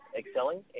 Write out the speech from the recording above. excelling